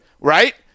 Right